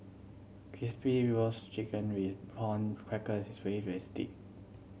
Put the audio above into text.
Crispy Roasted Chicken with prawn cracker is very